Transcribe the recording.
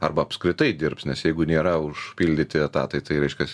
arba apskritai dirbs nes jeigu nėra užpildyti etatai tai reiškias